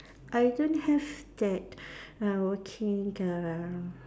I don't have that uh working uh